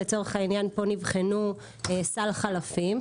לצורך העניין פה נבחנו סל חלפים,